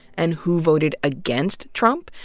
and who voted against trump,